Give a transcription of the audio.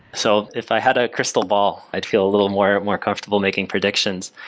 so if i had a crystal ball, i'd feel a little more more comfortable making predictions.